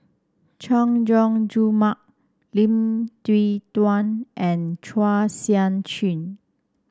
Chay Jung Jun Mark Lim Yew Kuan and Chua Sian Chin